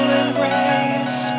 embrace